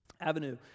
Avenue